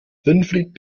winfried